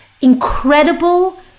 incredible